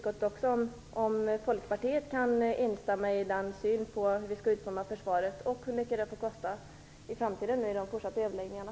Om Folkpartiet kan instämma i den synen på hur vi skall utforma försvaret och hur mycket det får kosta i framtiden får vi väl också diskutera i utskottet under de fortsatta överläggningarna.